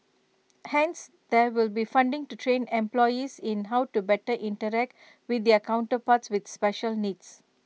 hence there will be funding to train employees in how to better interact with their counterparts with special needs